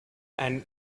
and